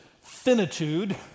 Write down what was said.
finitude